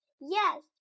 Yes